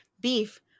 beef